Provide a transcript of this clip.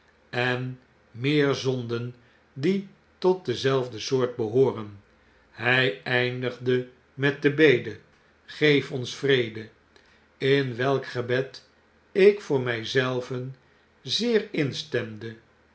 en meer zonden die tot dezelfde soort behooren hg eindigde met de bede geef ons vrede in welk gebed ik voor mi zelven zeer instemde